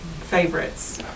favorites